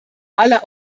alle